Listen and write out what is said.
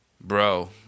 bro